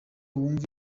wumve